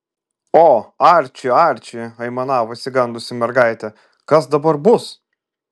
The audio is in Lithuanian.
o arči arči aimanavo išsigandusi mergaitė kas dabar bus